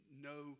no